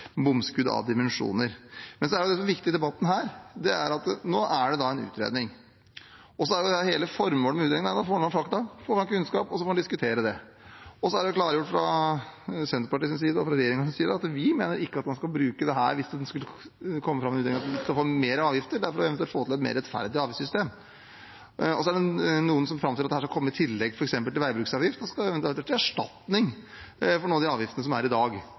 bomskudd av dimensjoner. I denne debatten er det viktig at nå er det en utredning, og hele formålet med den utredningen er at man får fakta og kunnskap, og så får en diskutere det. Det er klargjort fra Senterpartiets og regjeringens side at vi ikke mener at man skal bruke dette hvis det skulle komme fram i utredningen at vi får mer avgifter, dette er for eventuelt å få til et mer rettferdig avgiftssystem. Noen framstiller det som at det skal komme i tillegg, f.eks. til veibruksavgift. Dette skal eventuelt være til erstatning for noen av de avgiftene som er i dag,